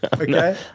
okay